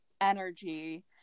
energy